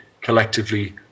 collectively